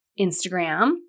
Instagram